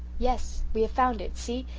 yes we have found it see,